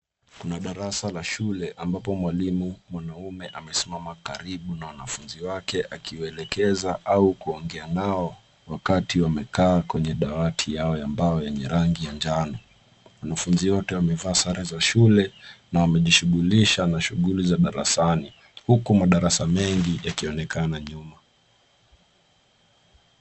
Kuna darasa la shule ambapo mwalimu mwanaume amesimama karibu na wanafunzi wake akiwaelekeza au kuongea nao wakati wamekaa kwenye dawati yao ya mbao ya rangi ya njano. Wanafunzi wote wamevaa sare za shule na wamejishughulisha na shughuli za darasani, huku madarasa mengi yakionekana nyuma.